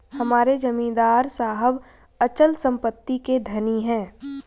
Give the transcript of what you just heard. हमारे जमींदार साहब अचल संपत्ति के धनी हैं